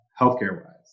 healthcare-wise